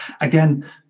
again